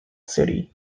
city